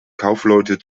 kaufleute